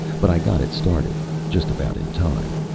but i got it started just about in time.